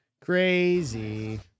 crazy